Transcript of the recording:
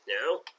now